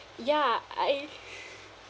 ya I